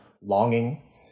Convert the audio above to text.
longing